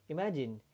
Imagine